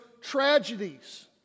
tragedies